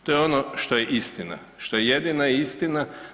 To je ono što je istina, što je jedina istina.